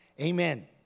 Amen